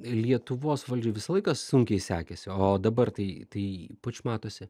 lietuvos valdžioj visą laiką sunkiai sekėsi o dabar tai tai ypač matosi